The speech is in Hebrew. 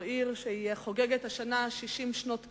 זו עיר שחוגגת השנה 60 שנות קיום.